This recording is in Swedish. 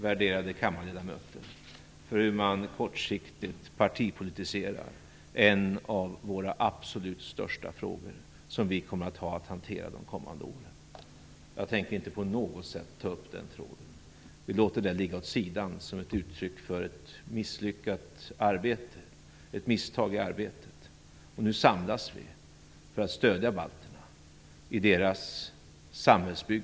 Värderade kammarledamöter! Detta är ett uttryck för hur man kortsiktigt partipolitiserar en av de absolut största frågor som vi kommer att ha att hantera under de kommande åren. Jag tänker inte på något sätt ta upp den tråden. Vi låter den ligga åt sidan som ett uttryck för ett misstag i arbetet. Nu samlas vi för att stödja balterna i deras samhällsbygge.